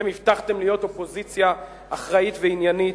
אתם הבטחתם להיות אופוזיציה אחראית ועניינית.